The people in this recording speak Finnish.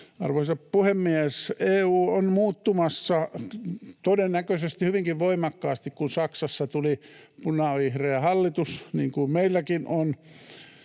Arvoisa puhemies! EU on muuttumassa todennäköisesti hyvinkin voimakkaasti, kun Saksassa tuli punavihreä hallitus — niin kuin meilläkin on